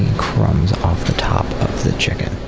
crumbs off the top of the chicken.